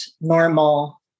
normal